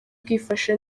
bwifashe